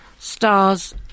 stars